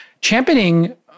Championing